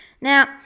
Now